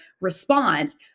response